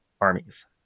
armies